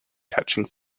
catching